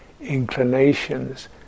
inclinations